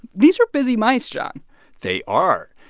these are busy mice, jon they are.